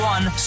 One